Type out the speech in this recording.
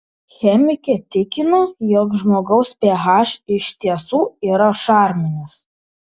chemikė tikino jog žmogaus ph iš tiesų yra šarminis